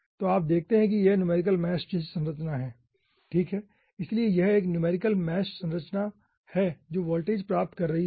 तो आप देखते हैं कि यह न्यूमेरिकल मैश जैसी संरचना है ठीक है इसलिए यह एक न्यूमेरिकल मैश संरचना है जो वोल्टेज प्राप्त कर रही होगी